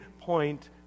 point